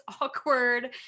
awkward